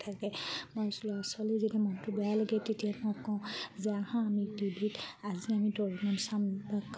থাকে মই ল'ৰা ছোৱালী যেতিয়া মনটো বেয়া লাগে তেতিয়া মই কওঁ যে আহাঁ আমি টি ভিত আজি আমি ডৰেমন চাম